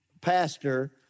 pastor